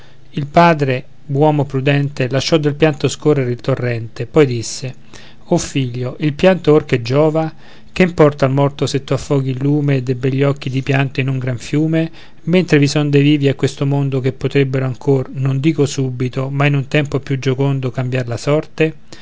il padre uomo prudente lasciò del pianto scorrere il torrente poi disse o figlia il pianto ora che giova che importa al morto se tu affoghi il lume de begli occhi di pianto in un gran fiume mentre vi son dei vivi a questo mondo che potrebbero ancor non dico subito ma in tempo più giocondo cambiar la sorte